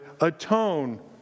atone